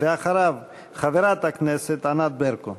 אחריו, חברת הכנסת ענת ברקו.